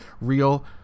real